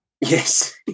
Yes